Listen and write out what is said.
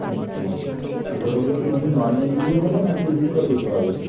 আচ্ছা তো ফটোগুলো কি এমনি নর্মাল দিলেই হবে না কি এডিট করে দিতে হবে